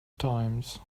times